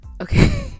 Okay